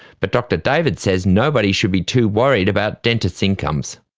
but dr david says nobody should be too worried about dentists' incomes.